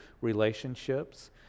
relationships